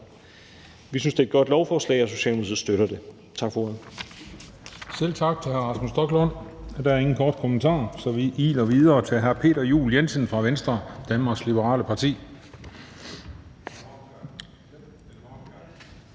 Vi synes, det er et godt lovforslag, og Socialdemokratiet støtter det. Tak for ordet.